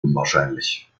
unwahrscheinlich